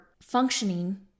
functioning